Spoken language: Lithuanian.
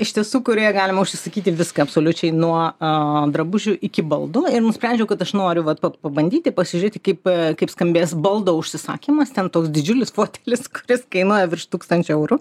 iš tiesų kurioje galima užsisakyti viską absoliučiai nuo a drabužių iki baldų ir nusprendžiau kad aš noriu vat pa pabandyti pasižiūrėti kaip kaip skambės baldo užsisakymas ten toks didžiulis fotelis kuris kainuoja virš tūkstančio eurų